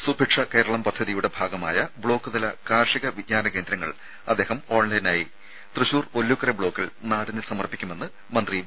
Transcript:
സുഭിക്ഷ കേരളം പദ്ധതിയുടെ ഭാഗമായ ബ്ലോക്ക് തല കാർഷിക വിജ്ഞാന കേന്ദ്രങ്ങൾ അദ്ദേഹം ഓൺലൈനായി തൃശൂർ ഒല്ലൂക്കര ബ്ലോക്കിൽ നാടിനു സമർപ്പിക്കുമെന്ന് മന്ത്രി വി